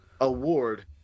award